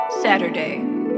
Saturday